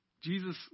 Jesus